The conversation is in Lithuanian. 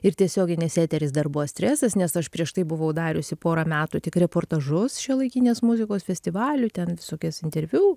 ir tiesioginis eteris dar buvo stresas nes aš prieš tai buvau dariusi porą metų tik reportažus šiuolaikinės muzikos festivalių ten visokias interviu